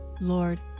lord